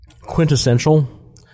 quintessential